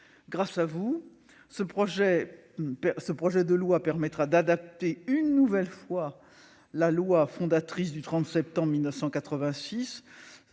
Grâce à vous, ce projet de loi permettra d'adapter, une nouvelle fois, la loi du 30 septembre 1986